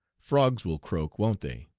frogs will croak won't they?